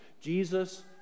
Jesus